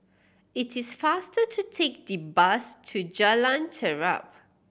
it is faster to take the bus to Jalan Terap